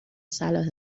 صلاح